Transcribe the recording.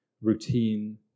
routine